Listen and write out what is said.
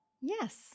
Yes